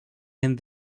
and